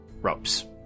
ropes